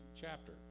chapter